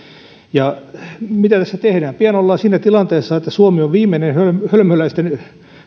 mitä tässä tehdään pian ollaan siinä tilanteessa että suomi on viimeinen hölmöläisten